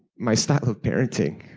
my style of parenting,